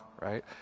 right